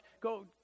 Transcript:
go